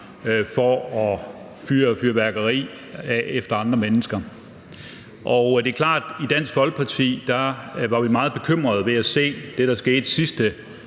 for at fyre fyrværkeri af mod andre mennesker. Det er klart, at i Dansk Folkeparti var vi meget bekymrede over at se det, der skete sidste